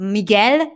Miguel